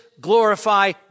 glorify